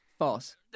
False